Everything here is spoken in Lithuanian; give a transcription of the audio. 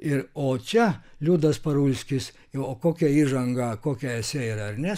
ir o čia liudas parulskis o kokia įžanga kokia esė yra ar ne